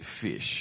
fish